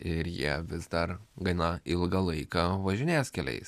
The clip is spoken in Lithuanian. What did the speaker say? ir jie vis dar gana ilgą laiką važinės keliais